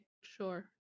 sure